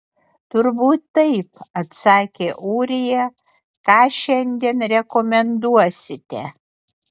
turbūt taip atsakė ūrija ką šiandien rekomenduosite